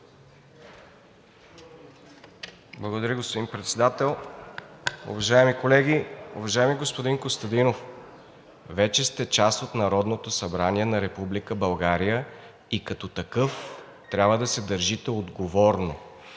Благодаря, господин Председател. Уважаеми колеги! Уважаеми господин Костадинов, вече сте част от Народното събрание на Република България и като такъв трябва да се държите отговорно.